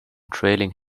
trailing